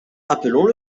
appelons